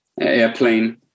airplane